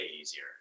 easier